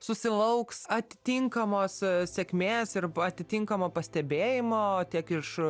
susilauks atitinkamos sėkmės ir atitinkamo pastebėjimo tiek iš